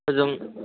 हजों